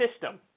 system